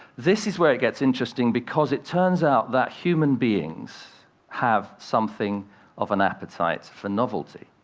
this is where it gets interesting, because it turns out that human beings have something of an appetite for novelty.